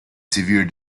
severe